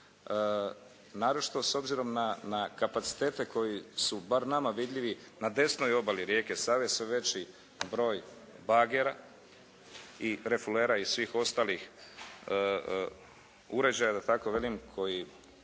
naročito s obzirom na kapacitete koji su bar nama vidljivi na desnoj obali rijeke Save sve veći broj bagera i refulera i svih ostalih uređaja da